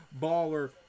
baller